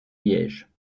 liège